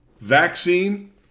vaccine